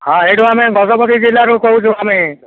ହଁ ଏଇଠୁ ଆମେ ଗଜପତି ଜିଲ୍ଲାରୁ କହୁଛୁ ଆମେ